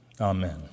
Amen